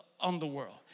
underworld